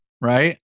right